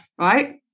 right